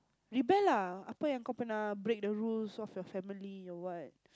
rebel lah break the rules of your family or what